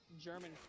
German